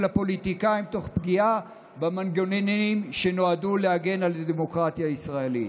הפוליטיקאים תוך פגיעה במנגנונים שנועדו להגן על הדמוקרטיה הישראלית.